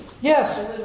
Yes